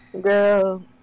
girl